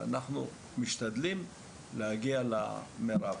אבל אנחנו משתדלים להגיע למירב.